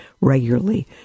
regularly